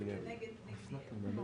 בבקשה.